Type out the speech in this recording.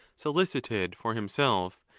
solicited for himself,